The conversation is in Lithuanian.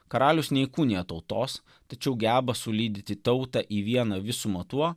karalius neįkūnija tautos tačiau geba sulydyti tautą į vieną visumą tuo